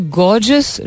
gorgeous